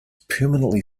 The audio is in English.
permanently